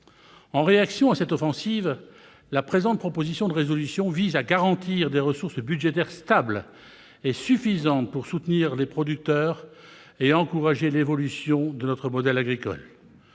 En réaction à cette offensive, la présente proposition de résolution européenne vise à garantir des ressources budgétaires stables et suffisantes pour soutenir les producteurs et encourager l'évolution de notre modèle agricole.